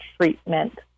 treatment